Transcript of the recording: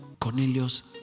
Cornelius